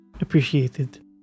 appreciated